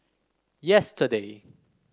yesterday